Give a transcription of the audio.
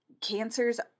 Cancers